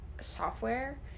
software